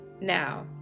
Now